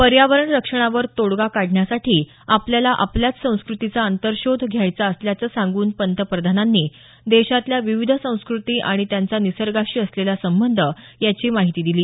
पर्यावरण रक्षणावर तोडगा काढण्यासाठी आपल्याला आपल्याच संस्कृतीचा अंतर्शोध घ्यायचा असल्याचं सांगून पंतप्रधानांनी देशातल्या विविध संस्कृती आणि त्यांचा निसर्गाशी असलेला संबंध याची माहिती दिली